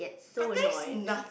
so annoyed